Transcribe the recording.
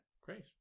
Great